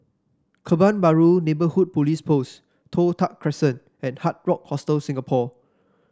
Kebun Baru Neighbourhood Police Post Toh Tuck Crescent and Hard Rock Hostel Singapore